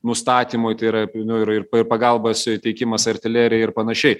nustatymui tai ir yra nu ir pagalbos teikimas artilerija ir panašiai